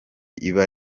iba